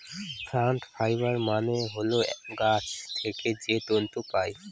plant fibre মানে হল গাছ থেকে যে তন্তু পায়